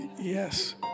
Yes